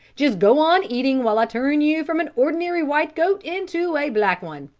just go on eating while i turn you from an ordinary white goat into a black one.